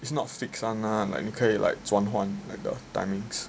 it's not fixed [one] mah and it's like 转换 like the timings